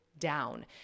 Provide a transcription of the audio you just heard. down